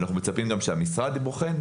ומצפים שגם המשרד יבחן.